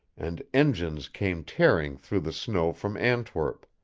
and engines came tearing through the snow from antwerp.